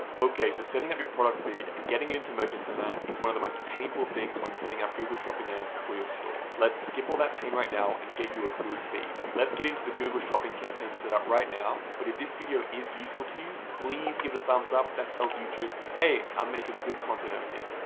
ah okay, so setting up your product feed and getting into merchant center is one of the most painful things when setting up google shopping ads for your store. let's skip all that pain right now and get you a good feed. let's get into the google shopping campaign set up right now but if this video is useful to you. please give it a thumbs up that tells youtube, hey, i'm making good content over here.